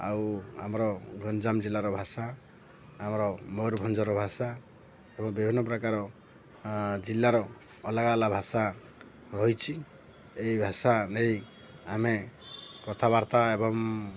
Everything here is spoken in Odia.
ଆଉ ଆମର ଗଞ୍ଜାମ ଜିଲ୍ଲାର ଭାଷା ଆମର ମୟୂରଭଞ୍ଜର ଭାଷା ଏବଂ ବିଭିନ୍ନ ପ୍ରକାର ଜିଲ୍ଲାର ଅଲଗା ଅଲଗା ଭାଷା ରହିଛିି ଏଇ ଭାଷା ନେଇ ଆମେ କଥାବାର୍ତ୍ତା ଏବଂ